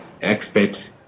experts